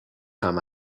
time